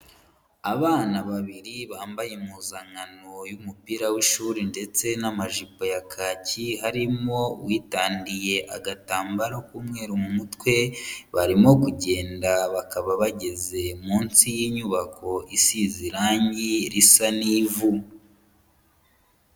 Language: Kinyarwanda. Abana babiri bambaye impuzankano y'umupira w'ishuri ndetse n'amajipo ya kaki, harimo uwitandiye agatambaro k'umweru mu mutwe, barimo kugenda bakaba bageze munsi y'inyubako isize irange risa n'ivu.